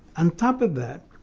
on top of that,